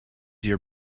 your